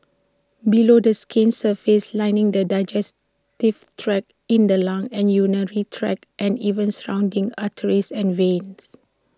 below the skin's surface lining the digestive tract in the lungs and urinary tract and even surrounding arteries and veins